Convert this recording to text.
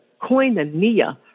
koinonia